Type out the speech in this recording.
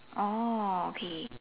oh okay